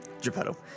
Geppetto